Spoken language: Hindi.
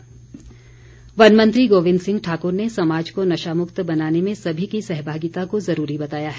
गोविंद ठाकुर वन मंत्री गोविंद सिंह ठाकुर ने समाज को नशामुक्त बनाने में सभी की सहभागिता को ज़रूरी बताया है